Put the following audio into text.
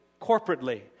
corporately